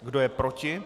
Kdo je proti?